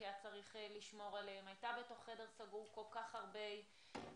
היא הייתה בתוך חדר סגור כל כך הרבה זמן.